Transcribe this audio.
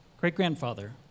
great-grandfather